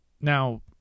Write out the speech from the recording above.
Now